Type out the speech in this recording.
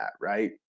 right